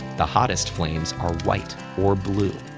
the hottest flames are white or blue.